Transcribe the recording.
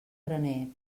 graner